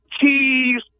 cheese